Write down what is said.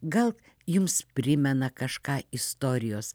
gal jums primena kažką istorijos